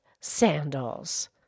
sandals